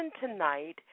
tonight